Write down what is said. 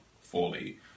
fully